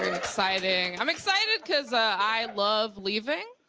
exciting. i'm excited because i love leaving.